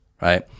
right